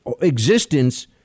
existence